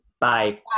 Bye